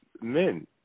men